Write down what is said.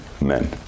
men